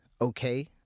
okay